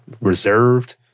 reserved